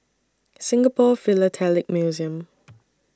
Singapore Philatelic Museum